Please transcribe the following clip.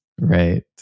right